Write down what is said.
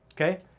okay